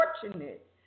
fortunate